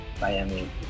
Miami